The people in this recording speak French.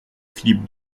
philippe